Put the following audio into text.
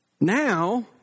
Now